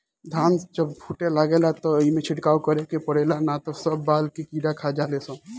धान जब फूटे लागेला त ओइमे छिड़काव करे के पड़ेला ना त सब बाल के कीड़ा खा जाले सन